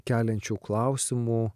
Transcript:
keliančių klausimų